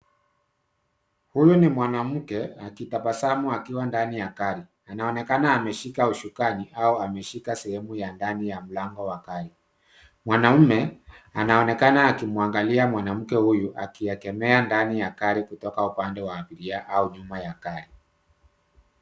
Huyu ni mwanamke akitabasamu akiwa ndani ya gari. Anaonekana ameshika usukani au ameshika sehemu ya ndani ya mlango wa gari. Mwanaume anaonekana akimwangalia mwanamke huyu akigemea ndani ya gari kutoka upande wa abiria au nyuma ya gari.